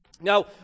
Now